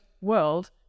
world